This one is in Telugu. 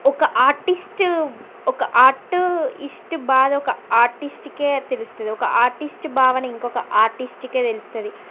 ఒక ఆర్టిస్టు ఒక ఆర్టిస్టు బాధ ఒక ఆర్టిస్ట్కు తెలుస్తుంది ఒక ఆర్టిస్ట్ భావన ఇంకొక ఆర్టిస్ట్కు తెలుస్తుంది